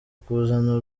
kuzana